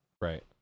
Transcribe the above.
Right